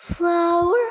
Flower